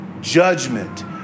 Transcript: judgment